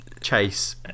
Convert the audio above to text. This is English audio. chase